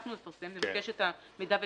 נבקש את המידע ונפרסם.